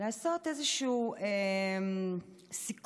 לעשות איזשהו סיכום: